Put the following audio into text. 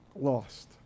lost